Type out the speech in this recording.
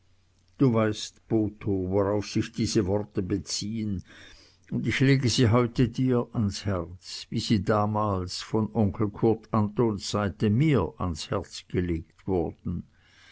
du weißt botho worauf sich diese seine worte beziehen und ich lege sie heute dir ans herz wie sie damals von onkel kurt antons seite mir ans herz gelegt wurden